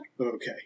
Okay